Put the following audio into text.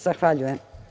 Zahvaljujem.